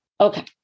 Okay